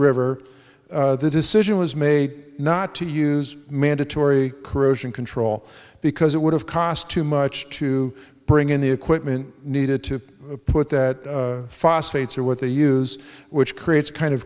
river the decision was made not to use mandatory corrosion control because it would have cost too much to bring in the equipment needed to put that phosphates are what they use which creates kind of